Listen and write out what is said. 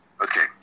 Okay